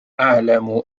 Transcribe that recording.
أعلم